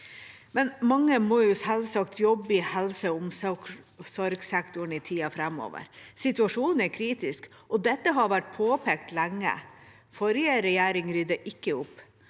men mange må selvsagt jobbe i helse- og omsorgssektoren i tida framover. Situasjonen er kritisk, og det har vært påpekt lenge. Forrige regjering ryddet ikke opp.